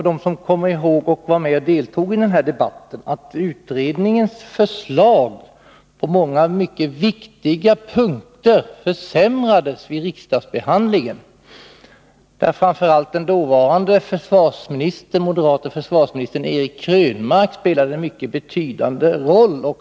De som deltog i dessa debatter kommer ihåg att utredningens förslag på många viktiga punkter försämrades under riksdagsbehandlingen. Framför allt den dåvarande moderate försvarsministern Eric Krönmark spelade en mycket betydande roll.